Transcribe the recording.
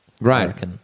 right